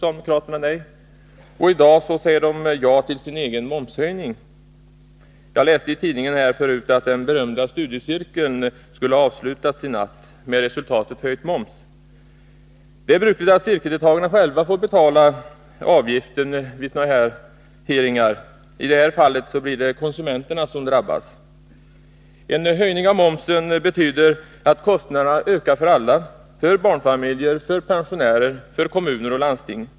I dag säger socialdemokraterna ja till en momshöjning. Jagläste i tidningen att den berömda studiecirkeln skulle ha avslutats i natt och att resultatet blivit att man säger ja till höjd moms. Det är brukligt att cirkeldeltagarna själva får betala avgiften i sådana här sammanhang, men i det här fallet blir det konsumenterna som drabbas. En höjning av momsen betyder att kostnaderna ökar för alla: för barnfamiljer, för pensionärer, för kommuner och landsting.